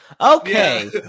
Okay